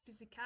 physicality